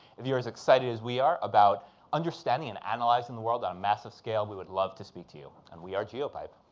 if you're as excited as we are about understanding and analyzing the world on a massive scale, we would love to speak to you. and we are geopipe.